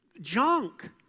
junk